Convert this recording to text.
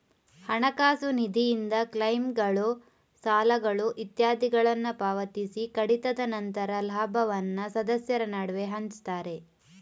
ಹಣಕಾಸು ನಿಧಿಯಿಂದ ಕ್ಲೈಮ್ಗಳು, ಸಾಲಗಳು ಇತ್ಯಾದಿಗಳನ್ನ ಪಾವತಿಸಿ ಕಡಿತದ ನಂತರ ಲಾಭವನ್ನ ಸದಸ್ಯರ ನಡುವೆ ಹಂಚ್ತಾರೆ